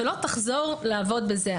שלא תחזור לעבוד בזה,